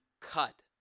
cut